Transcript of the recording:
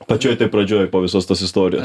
pačioj pradžioj po visos tos istorijos